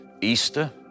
Easter